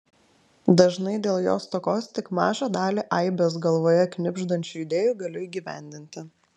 dažnai dėl jo stokos tik mažą dalį aibės galvoje knibždančių idėjų galiu įgyvendinti